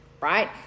right